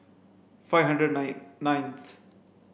five hundred nine ninth